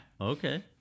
Okay